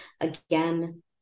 again